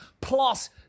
plus